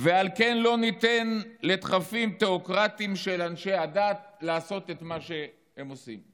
ועל כן לא ניתן לדחפים תיאוקרטיים של אנשי הדת לעשות את מה שהם עושים.